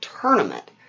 tournament